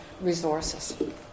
resources